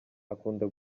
akunda